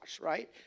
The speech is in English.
right